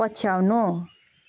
पछ्याउनु